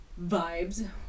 vibes